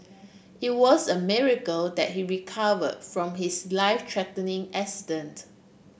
it was a miracle that he recover from his life threatening accident